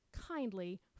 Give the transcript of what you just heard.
kindly